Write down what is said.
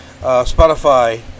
Spotify